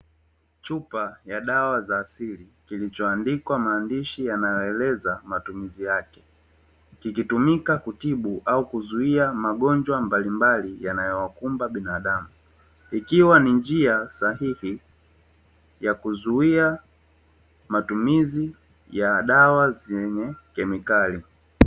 Chupa ya dawa za asili zilizoandikwa aina ya dawa na matumizi yake ikiwa ni njia alisi